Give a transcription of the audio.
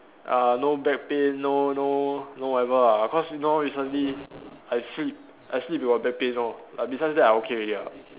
uh no back pain no no no whatever lah because now recently I sleep I sleep with a back pain some more but besides that I okay already lah